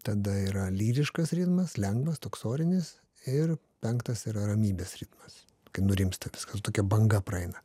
tada yra lyriškas ritmas lengvas toks orinis ir penktas yra ramybės ritmas kai nurimsta viskas tokia banga praeina